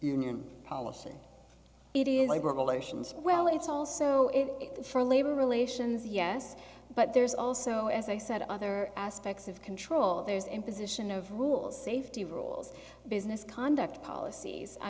regulations well it's also for labor relations yes but there's also as i said other aspects of control there's imposition of rules safety rules business conduct policies i